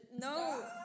No